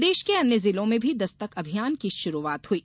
प्रदेश के अन्य जिलों में भी दस्तक अभियान की शुरूआत हुई